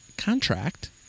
contract